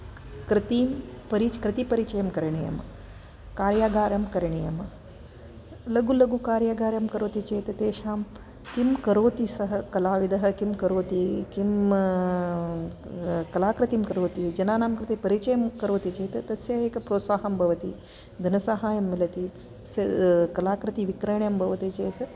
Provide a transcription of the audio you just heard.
कृति परिचयः कृतिपरिचयं करणीयं कार्यागारं करणीयं लघु लघु कार्यागारं करोति चेत् तेषां किं करोति सः कलाविधः किं करोति किं कलाकृतिं करोति जनानां कते परिचयं करोति चेत् तस्य एकं प्रोत्साहं भवति धनसहायं मिलति कलाकृतिविक्रयणं भवति चेत्